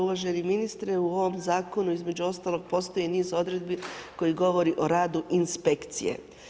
Uvaženi ministre, u ovom zakonu, između ostalog postoji niz odredbi, koji govori o radi inspekcije.